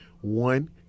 one